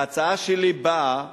ההצעה שלי באה